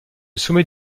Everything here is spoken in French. sommet